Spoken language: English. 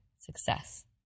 success